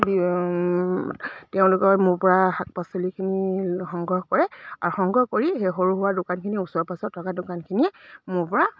তেওঁলোকৰ মোৰ পৰা শাক পাচলিখিনি সংগ্ৰহ কৰে আৰু সংগ্ৰহ কৰি সেই সৰু সুৰা দোকানখিনি ওচৰ পাছত থকা দোকানখিনিয়ে মোৰ পৰা